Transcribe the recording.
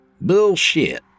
Bullshit